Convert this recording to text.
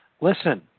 listen